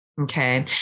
Okay